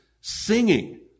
singing